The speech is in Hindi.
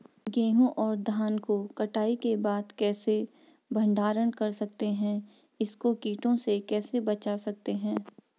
गेहूँ और धान को कटाई के बाद कैसे भंडारण कर सकते हैं इसको कीटों से कैसे बचा सकते हैं?